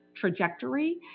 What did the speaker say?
trajectory